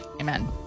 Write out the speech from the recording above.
Amen